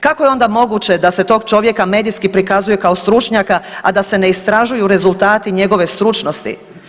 Kako je onda moguće da se tog čovjeka medijski prikazuje kao stručnjaka, a da se ne istražuju rezultati njegove stručnosti?